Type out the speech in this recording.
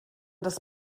das